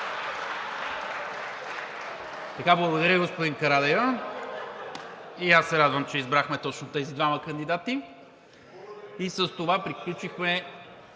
Благодаря Ви, господин Карадайъ. И аз се радвам, че избрахме точно тези двама кандидати. С това приключихме